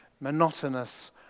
monotonous